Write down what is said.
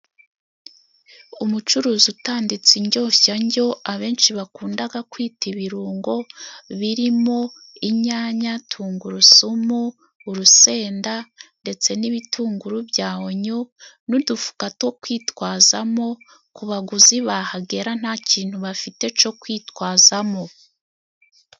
Umucuruzi utaditse indyoshyanjyo， abenshi bakundaga kwita ibirungo， birimo inyanya，tungurusumu， urusenda，ndetse n'ibitunguru bya onyo，n'udufuka two kwitwazamo， ku baguzi bahagera nta kintu bafite co kwitwazamo.